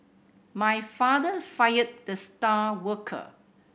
my father fired the star worker